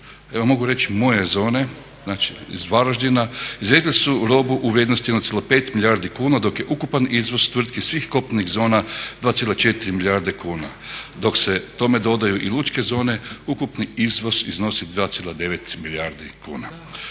ja mogu reći moje zone, znači iz Varaždina izvezli su robu u vrijednosti 1,5 milijardi kuna dok je ukupan izvoz tvrtki svih kopnenih zona 2,4 milijarde kuna. Dok se tome dodaju i lučke zone ukupni izvoz iznosi 2,9 milijardi kuna.